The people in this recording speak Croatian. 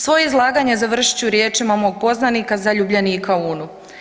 Svoje izlaganje završit ću riječima mog poznanika, zaljubljenika u Unu.